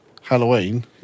Halloween